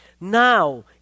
Now